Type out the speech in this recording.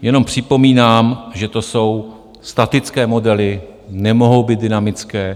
Jenom připomínám, že to jsou statické modely, nemohou být dynamické.